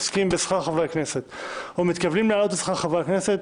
עוסקים בשכר חברי הכנסת או מתכוונים להעלות את שכר חברי הכנסת,